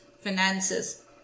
finances